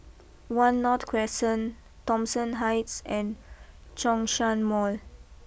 one North Crescent Thomson Heights and Zhongshan Mall